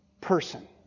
person